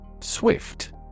Swift